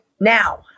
Now